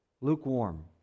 lukewarm